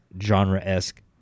genre-esque